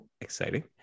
exciting